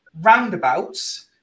roundabouts